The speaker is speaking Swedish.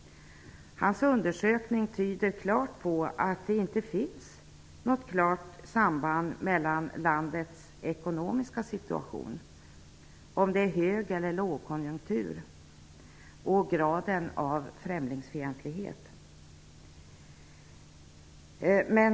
Hans undersökningar tyder på att det inte finns något klart samband mellan landets ekonomiska situation -- om det är hög eller lågkonjunktur -- och graden av främlingsfientlighet.